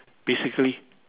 basically